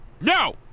No